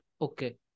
okay